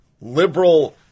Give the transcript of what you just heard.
liberal